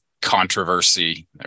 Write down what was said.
controversy